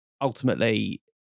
ultimately